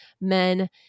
men